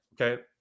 Okay